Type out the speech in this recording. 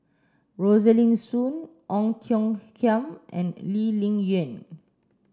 Rosaline Soon Ong Tiong Khiam and Lee Ling Yen